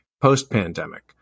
post-pandemic